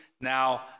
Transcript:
now